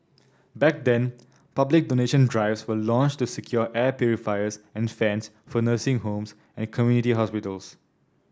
back then public donation drives were launched to secure air purifiers and fans for nursing homes and community hospitals